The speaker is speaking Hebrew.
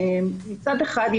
מצד אחד,